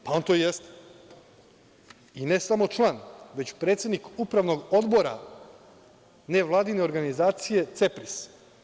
Pa on to i jeste i ne samo član, već i predsednik Upravnog odbora nevladine organizacije CEPRIS.